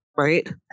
Right